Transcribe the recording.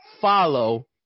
follow